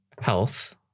health